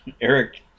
Eric